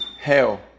Hell